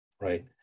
right